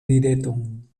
rideton